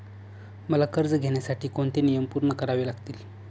मला कर्ज घेण्यासाठी कोणते नियम पूर्ण करावे लागतील?